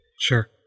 Sure